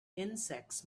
insects